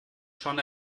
schon